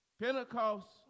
Pentecost